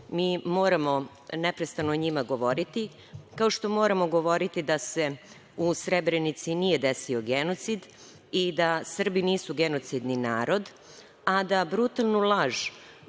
mi moramo neprestano o njima govoriti, kao što moramo govoriti da se u Srebrenici nije desio genocid i da Srbi nisu genocidni narod, a da brutalnu laž